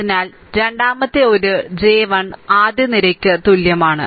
അതിനാൽ രണ്ടാമത്തെ ഒരു j 1 ആദ്യ നിരയ്ക്ക്തുല്യമാണ്